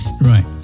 Right